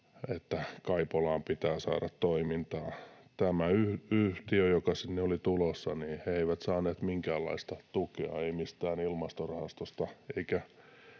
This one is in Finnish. että Kaipolaan pitää saada toimintaa. Tämä yhtiö, joka sinne oli tulossa, ei saanut minkäänlaista tukea, ei mistään ilmastorahastosta